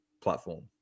platform